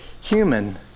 human